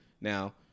Now